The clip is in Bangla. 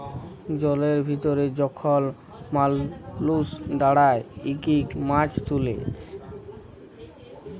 জলের ভিতরে যখল মালুস দাঁড়ায় ইকট ইকট মাছ তুলে